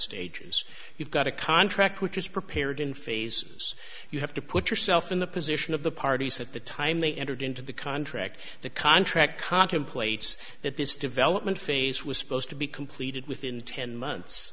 stages you've got a contract which is prepared in phases you have to put yourself in the position of the parties at the time they entered into the contract the contract contemplates that this development phase was supposed to be completed within ten months